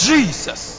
Jesus